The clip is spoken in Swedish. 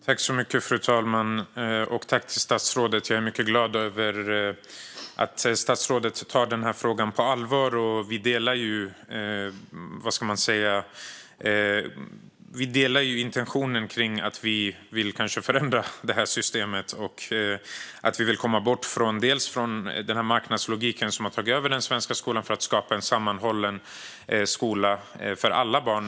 Fru talman! Tack till statsrådet. Jag är mycket glad över att statsrådet tar den här frågan på allvar. Vi delar intentionen om att vi kanske vill förändra systemet. Vi vill komma bort från den marknadslogik som har tagit över den svenska skolan för att skapa en sammanhållen skola för alla barn.